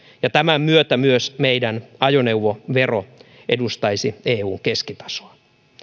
ja tämän myötä myös meidän ajoneuvovero edustaisi eun keskitasoa